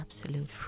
absolute